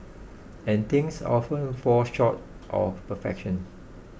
and things often fall short of perfection